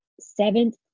seventh